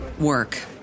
work